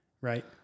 Right